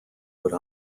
rhode